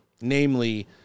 namely